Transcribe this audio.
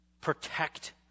protect